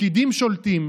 פקידים שולטים,